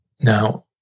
Now